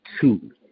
two